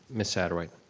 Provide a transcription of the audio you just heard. ms. satterwhite.